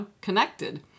connected